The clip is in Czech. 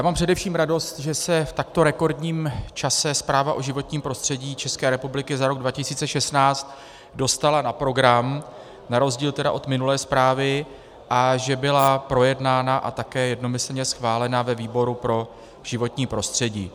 Mám především radost, že se v takto rekordním čase Zpráva o životním prostředí České republiky za rok 2016 dostala na program na rozdíl od minulé zprávy a že byla projednána a také jednomyslně schválena ve výboru pro životní prostředí.